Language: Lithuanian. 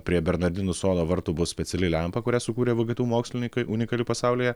prie bernardinų sodo vartų bus speciali lempa kurią sukūrė vgtu mokslininkai unikali pasaulyje